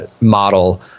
model